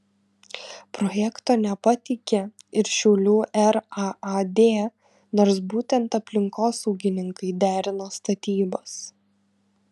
projekto nepateikė ir šiaulių raad nors būtent aplinkosaugininkai derino statybas